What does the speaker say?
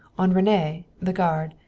on rene, the guard,